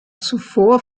zuvor